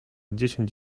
dziesięć